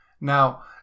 Now